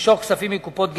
למשוך כספים מקופת גמל,